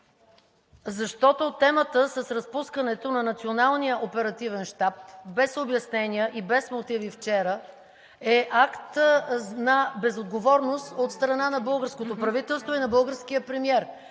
защото темата с разпускането на Националния оперативен щаб, без обяснения и без мотиви вчера, е акт на безотговорност от страна на българското правителство и на българския премиер.